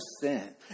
sin